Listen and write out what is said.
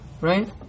right